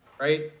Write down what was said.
right